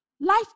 life